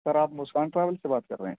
سر آپ مسکان ٹراویلس سے بات کر رہے ہیں